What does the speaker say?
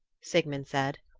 sigmund said.